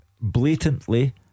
blatantly